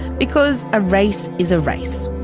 because a race is a race,